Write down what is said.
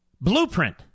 blueprint